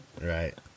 right